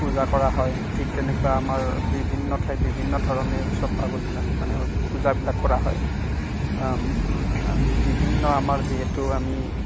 পূজা কৰা হয় ঠিক তেনেকৈ আমাৰ বিভিন্ন ঠাইত বিভিন্ন ধৰণে উৎসৱ পাৰ্বণবিলাক মানে পূজাবিলাক কৰা হয় বিভিন্ন আমাৰ যিহেতু আমি